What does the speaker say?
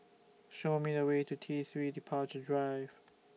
Show Me The Way to T three Departure Drive